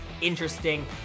interesting